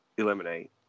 eliminate